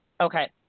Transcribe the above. Okay